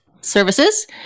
services